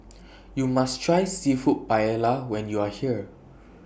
YOU must Try Seafood Paella when YOU Are here